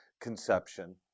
conception